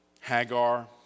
Hagar